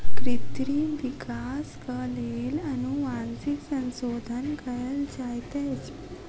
कृत्रिम विकासक लेल अनुवांशिक संशोधन कयल जाइत अछि